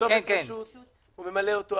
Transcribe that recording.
ממלא אותו.